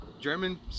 German